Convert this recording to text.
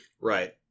Right